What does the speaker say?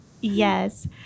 Yes